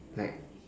right